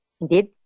indeed